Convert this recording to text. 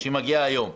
שהיא מגיעה היום.